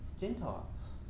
Gentiles